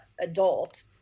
adult